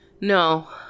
No